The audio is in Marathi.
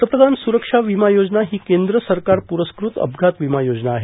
पंतप्रधान स्वरक्षा वीमा योजना ही केंद्र सरकारप्ररस्क्रत अपघात विमा योजना आहे